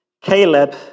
Caleb